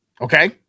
Okay